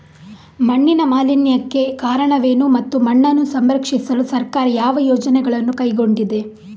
ಮಣ್ಣಿನ ಮಾಲಿನ್ಯಕ್ಕೆ ಕಾರಣವೇನು ಮತ್ತು ಮಣ್ಣನ್ನು ಸಂರಕ್ಷಿಸಲು ಸರ್ಕಾರ ಯಾವ ಯೋಜನೆಗಳನ್ನು ಕೈಗೊಂಡಿದೆ?